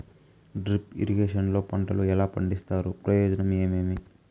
Drip irrigation లో పంటలు ఎలా పండిస్తారు ప్రయోజనం ఏమేమి?